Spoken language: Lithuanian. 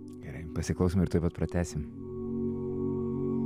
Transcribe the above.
gerai pasiklausom ir tuoj pat pratęsim